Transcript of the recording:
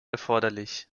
erforderlich